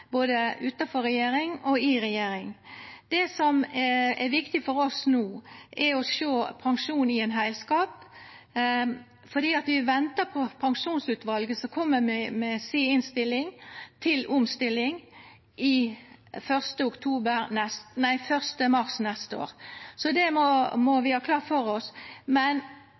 både utanfor regjering og i regjering. Det som er viktig for oss no, er å sjå pensjon i ein heilskap, for vi ventar på pensjonsutvalet, som kjem med si innstilling til omstilling 1. mars neste år. Det må vi ha klart føre oss. Eg trur tendensen kan vera at det går mot individuelle pensjonar, men